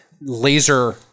laser